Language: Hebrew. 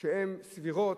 שהן סבירות,